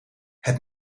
het